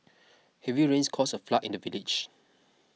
heavy rains caused a flood in the village